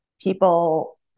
people